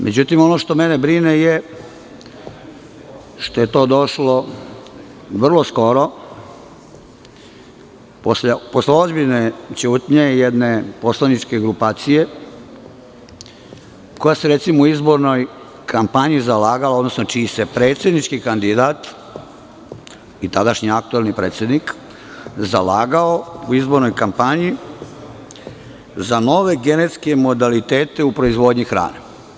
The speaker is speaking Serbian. Međutim, ono što mene brine je što je to došlo vrlo skoro, posle ozbiljne ćutnje jedne poslaničke grupacije koja se u izbornoj kampanji zalagala, odnosno čiji se predsednički kandidat i tadašnji aktuelni predsednik zalagao u izbornoj kampanji za nove genetske modalitete u proizvodnji hrane.